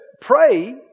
Pray